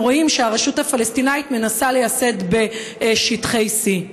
רואים שהרשות הפלסטינית מנסה לייסד בשטחי C?